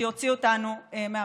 שיוציא אותנו מהמגפה.